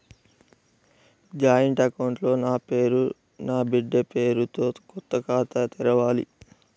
Joint account లో నా పేరు నా బిడ్డే పేరు తో కొత్త ఖాతా ఎలా తెరవాలి?